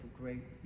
great